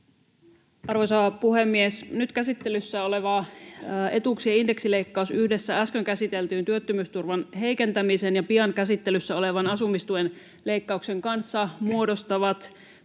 Arvoisa puhemies! Nyt käsittelyssä oleva etuuksien indeksileikkaus yhdessä äsken käsitellyn työttömyysturvan heikentämisen ja pian käsittelyssä olevan asumistuen leikkauksen kanssa muodostaa